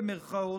במירכאות,